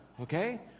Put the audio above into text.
okay